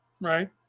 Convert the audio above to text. right